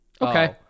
Okay